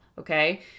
Okay